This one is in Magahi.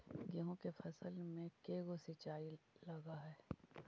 गेहूं के फसल मे के गो सिंचाई लग हय?